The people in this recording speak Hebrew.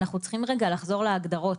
אנחנו צריכים רגע לחזור להגדרות,